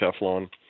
Teflon